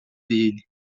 dele